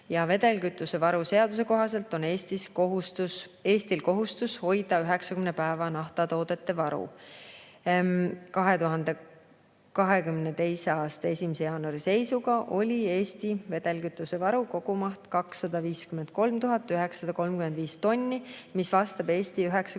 vedelkütusevaru seaduse kohaselt on Eestil kohustus hoida 90 päeva naftatoodete varu. 2022. aasta 1. jaanuari seisuga oli Eesti vedelkütusevaru kogumaht 253 935 tonni, mis vastab Eesti 90